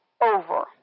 over